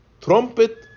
trumpet